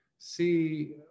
see